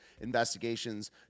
investigations